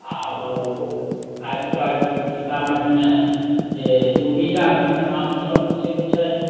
आ ओ आजकल अहिठाम सीतामढ़ीमे जे उर्बिजा कुण्ड नामसँ प्रसिद्ध छथि